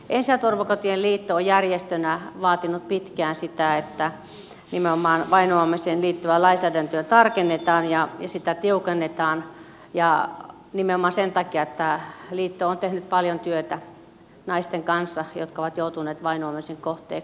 ensi ja turvakotien liitto on järjestönä vaatinut pitkään sitä että nimenomaan vainoamiseen liittyvää lainsäädäntöä tarkennetaan ja sitä tiukennetaan ja nimenomaan sen takia että liitto on tehnyt paljon työtä naisten kanssa jotka ovat joutuneet vainoamisen kohteeksi